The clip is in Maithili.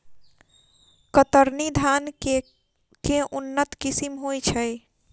कतरनी धान केँ के उन्नत किसिम होइ छैय?